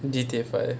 G_T_A five